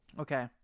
Okay